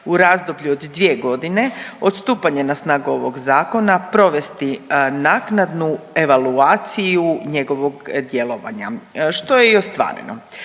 u razdoblju od dvije godine od stupanja na snagu ovog zakona provesti naknadnu evaluaciju njegovog djelovanja što je i ostvareno.